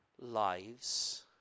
lives